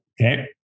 Okay